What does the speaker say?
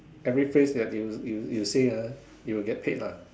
every phrase that you you you say ah you'll get paid lah